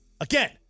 Again